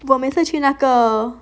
我每次去那个